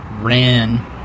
ran